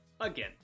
again